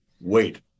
Wait